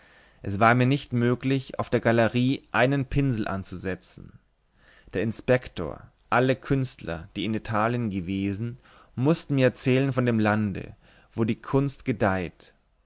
es war mir nicht möglich auf der galerie einen pinsel anzusetzen der inspektor alle künstler die in italien gewesen mußten mir erzählen von dem lande wo die kunst gedeiht